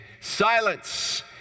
Silence